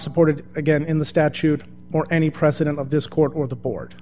supported again in the statute or any precedent of this court or the board